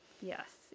Yes